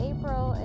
April